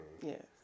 Yes